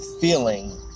feeling